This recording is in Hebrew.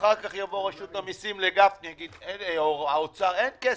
אחר כך יבואו אנשי רשות המסים או משרד האוצר לגפני ויגידו: אין כסף,